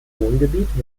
wohngebiet